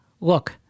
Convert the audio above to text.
look